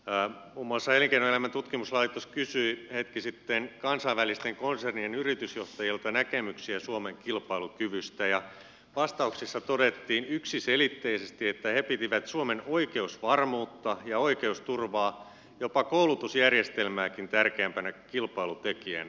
muun muassa elinkeinoelämän tutkimuslaitos kysyi hetki sitten kansainvälisten konsernien yritysjohtajilta näkemyksiä suomen kilpailukyvystä ja vastauksissa todettiin yksiselitteisesti että he pitivät suomen oikeusvarmuutta ja oikeusturvaa jopa koulutusjärjestelmääkin tärkeämpänä kilpailutekijänä